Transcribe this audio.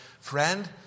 friend